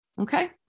Okay